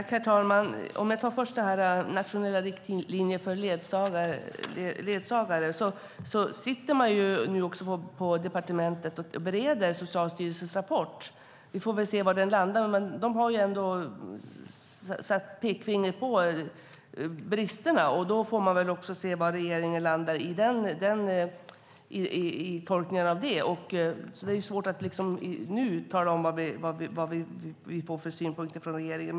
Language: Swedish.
Herr talman! När det först gäller nationella riktlinjer för ledsagare sitter man nu på departementet och analyserar Socialstyrelsens rapport. De har ändå satt pekfingret på bristerna, så vi får se var regeringen landar i tolkningen av det. Det är svårt att nu tala om vad vi får för synpunkter från regeringen.